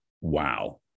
wow